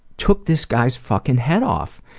took this guy's fucking head off.